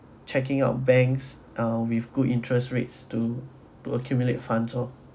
checking out banks uh with good interest rates to to accumulate funds oh